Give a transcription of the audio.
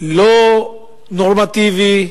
לא נורמטיבי,